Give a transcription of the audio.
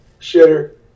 shitter